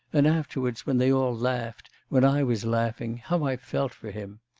and afterwards when they all laughed, when i was laughing, how i felt for him!